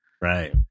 right